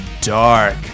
dark